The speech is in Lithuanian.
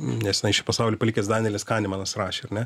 neseniai šį pasaulį palikęs danielis kanimanas rašė ar ne